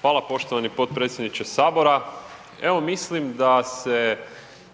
Hvala poštovani potpredsjedniče Sabora, evo mislim da se